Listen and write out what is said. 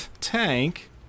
Tank